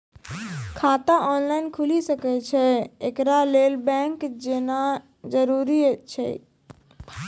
खाता ऑनलाइन खूलि सकै यै? एकरा लेल बैंक जेनाय जरूरी एछि?